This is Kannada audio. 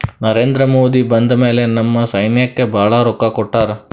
ನರೇಂದ್ರ ಮೋದಿ ಬಂದ್ ಮ್ಯಾಲ ನಮ್ ಸೈನ್ಯಾಕ್ ಭಾಳ ರೊಕ್ಕಾ ಕೊಟ್ಟಾರ